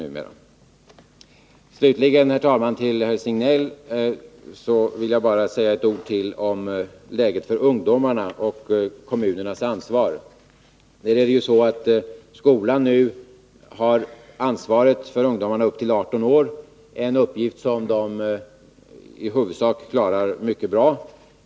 Slutligen vill jag, herr talman, till herr Signell säga ytterligare ett par ord om läget för ungdomarna och kommunernas ansvar. Skolan har ju nu ansvaret för ungdomarna upp till 18 år — en uppgift som skolan i huvudsak klarar mycket bra.